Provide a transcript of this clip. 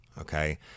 Okay